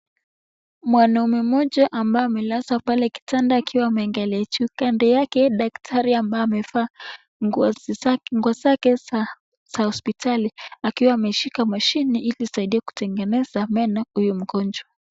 Mwanaume mmoja ambaye amelazwa pale kitandani akiwa ameangalia juu, kando yake daktari ambaye amevaa nguo zake za hospitali akiwa ameshika mashini ili isaidie kutengeneza meno huyu mgonjwa.